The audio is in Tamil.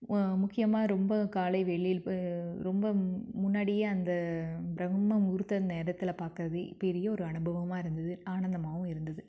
முக்கியமாக ரொம்ப காலை வெளியில ரொம்ப முன்னாடியே அந்த பிரம்ம முகுர்த்த நேரத்தில் பார்க்கறதே பெரிய ஒரு அனுபவமாக இருந்துது ஆனந்தமாகவும் இருந்துது